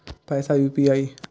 पैसा यू.पी.आई?